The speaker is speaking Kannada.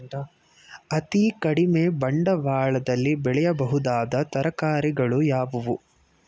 ಅತೀ ಕಡಿಮೆ ಬಂಡವಾಳದಲ್ಲಿ ಬೆಳೆಯಬಹುದಾದ ತರಕಾರಿಗಳು ಯಾವುವು?